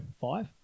five